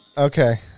Okay